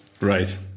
Right